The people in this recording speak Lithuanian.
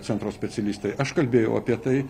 centro specialistai aš kalbėjau apie tai